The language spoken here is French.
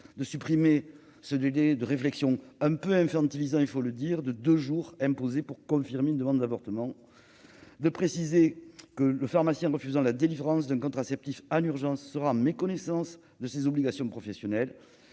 à supprimer le délai de réflexion- pour le moins infantilisant, il faut le dire -de deux jours, imposé afin de confirmer une demande d'avortement ; à préciser que le pharmacien refusant la délivrance d'un contraceptif en urgence sera en méconnaissance de ses obligations professionnelles